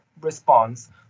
response